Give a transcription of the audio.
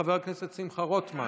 חבר הכנסת שמחה רוטמן,